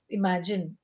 imagine